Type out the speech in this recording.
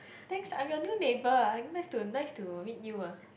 thanks I'm your new neighbour ah nice to nice to meet you ah